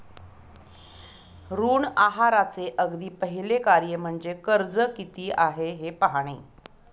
ऋण आहाराचे अगदी पहिले कार्य म्हणजे कर्ज किती आहे हे पाहणे